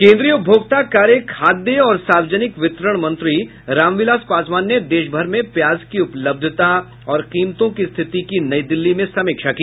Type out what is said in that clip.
केन्द्रीय उपभोक्ता कार्य खाद्य और सार्वजनिक वितरण मंत्री रामविलास पासवान ने देश भर में प्याज की उपलब्धता और कीमतों की स्थिति की नई दिल्ली में समीक्षा की